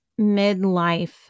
midlife